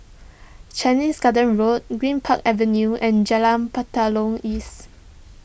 Chinese Garden Road Greenpark Avenue and Jalan Batalong East